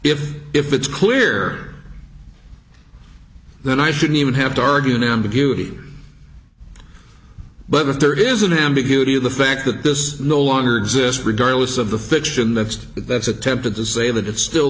if if it's clear then i shouldn't even have to argue an ambiguity but if there is an ambiguity of the fact that there's no longer exists regardless of the fiction that that's attempted to say that it's still